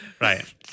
Right